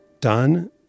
done